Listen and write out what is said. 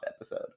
episode